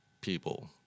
people